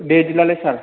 बिदिब्लालाय सार